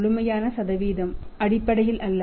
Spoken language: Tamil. முழுமையான சதவீதம் அடிப்படையில் அல்ல